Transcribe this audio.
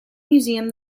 museum